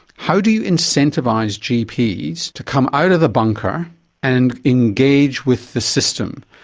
how do you incentivise gps to come out of the bunker and engage with the system,